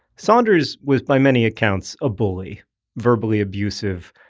saunders was by many accounts a bully verbally abusive,